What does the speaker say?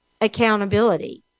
accountability